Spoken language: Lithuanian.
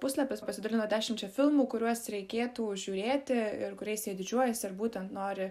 puslapis pasidalino dešimčia filmų kuriuos reikėtų žiūrėti ir kuriais jie didžiuojasi ir būtent nori